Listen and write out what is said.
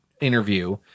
interview